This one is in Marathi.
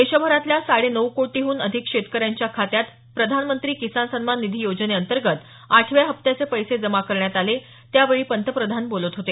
देशभरातल्या साडे नऊ कोटीहून अधिक शेतकऱ्यांच्या खात्यात प्रधानमंत्री किसान सन्मान निधी योजनेअंतर्गत आठव्या हप्त्याचे पैसे जमा करण्यात आले त्यावेळी पंतप्रधान बोलत होते